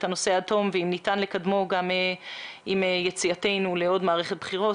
הנושא עד תום ואם ניתן לקדמו עם יציאתנו לעוד מערכת בחירות.